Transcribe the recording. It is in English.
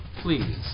Please